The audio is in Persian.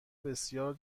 بسیار